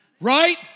Right